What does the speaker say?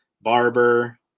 Barber